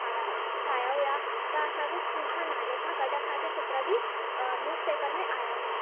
ठा ठाहिया हुया त असांजे स्कूल सां नाले खां गॾु असांजा चित्र बि अ न्यूज़ पेपर में आया हुया